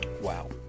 Wow